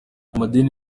amadini